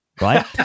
right